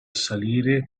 salire